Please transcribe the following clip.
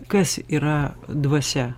kas yra dvasia